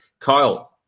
kyle